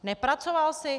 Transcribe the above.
Nepracoval jsi?